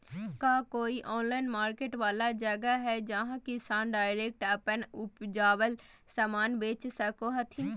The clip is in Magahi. का कोई ऑनलाइन मार्केट वाला जगह हइ जहां किसान डायरेक्ट अप्पन उपजावल समान बेच सको हथीन?